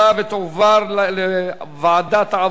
לוועדת העבודה,